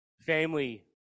family